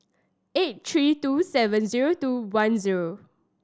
eight three two seven zero two one zero